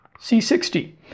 C60